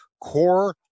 core